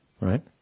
Right